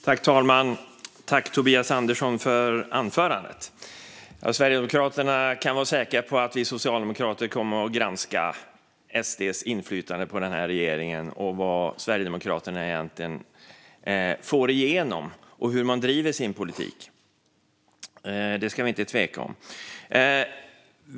Fru talman! Sverigedemokraterna kan vara säkra på att vi socialdemokrater kommer att granska deras inflytande på regeringen, vad de egentligen får igenom och hur de driver sin politik. Det ska vi inte tveka om.